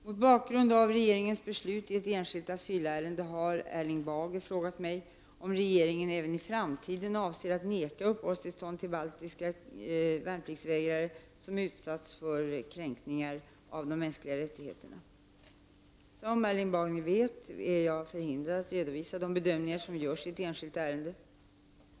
Mot bakgrund regeringens beslut i ett enskilt asylärende har Erling Bager frågat mig om regeringen även i framtiden avser att neka uppehållstillstånd till baltiska värnpliktsvägrare som utsatts för kränkningar av de mänskliga rättigheterna. Som Erling Bager vet är jag förhindrad att redovisa de bedömningar som görs i ett enskilt ärende.